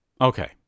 Okay